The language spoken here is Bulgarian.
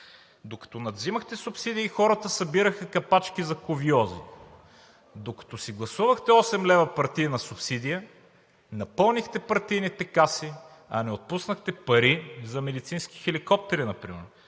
Докато надвземахте субсидии, хората събираха капачки за кувьози. Докато си гласувахте 8 лв. партийна субсидия, напълнихте партийните каси, а не отпуснахте пари за медицински хеликоптери например.